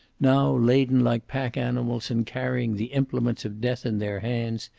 now laden like pack-animals and carrying the implements of death in their hands,